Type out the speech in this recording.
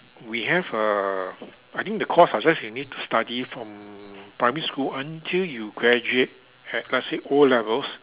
we have uh I think the course uh you just need to study from primary school until you graduate at let's say o-levels